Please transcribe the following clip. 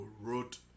wrote